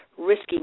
risky